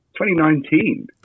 2019